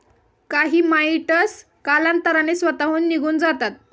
काही माइटस कालांतराने स्वतःहून निघून जातात